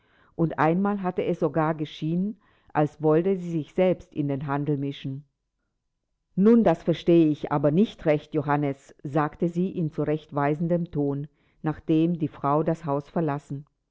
und einmal hatte es sogar geschienen als wolle sie sich selbst in den handel mischen nun das verstehe ich aber nicht recht johannes sagte sie in zurechtweisendem ton nachdem die frau das haus verlassen